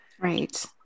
right